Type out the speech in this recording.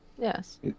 Yes